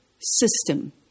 system